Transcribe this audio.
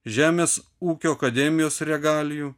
žemės ūkio akademijos regalijų